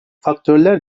faktörler